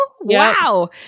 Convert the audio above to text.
Wow